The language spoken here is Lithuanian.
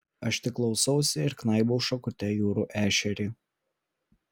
aš tik klausausi ir knaibau šakute jūrų ešerį